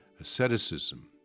Asceticism